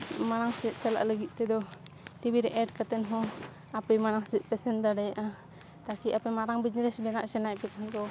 ᱢᱟᱨᱟᱝ ᱥᱮᱫ ᱪᱟᱞᱟᱜ ᱞᱟᱹᱜᱤᱫ ᱛᱮᱫᱚ ᱴᱤᱵᱷᱤ ᱨᱮ ᱮᱰ ᱠᱟᱛᱮᱱ ᱦᱚᱸ ᱟᱯᱮ ᱢᱟᱲᱟᱝ ᱥᱮᱫ ᱯᱮ ᱥᱮᱱ ᱫᱟᱲᱮᱭᱟᱜᱼᱟ ᱛᱟᱠᱤ ᱟᱯᱮ ᱢᱟᱨᱟᱝ ᱵᱤᱡᱽᱱᱮᱥ ᱢᱮᱱᱟᱜ ᱥᱟᱱᱟᱭᱮᱫ ᱠᱚ